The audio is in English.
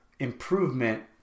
improvement